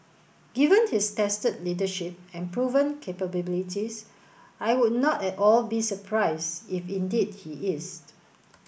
given his tested leadership and proven capabilities I would not at all be surprised if indeed he is